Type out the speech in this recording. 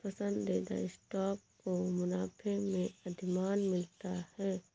पसंदीदा स्टॉक को मुनाफे में अधिमान मिलता है